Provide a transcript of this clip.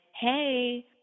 hey